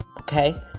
okay